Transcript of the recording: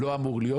זה לא אמור להיות.